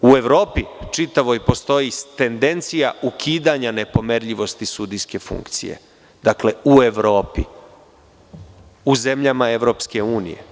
U čitavoj Evropi postoji tendencija ukidanja nepomerljivosti sudijske funkcije, dakle, u Evropi, u zemljama EU.